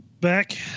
back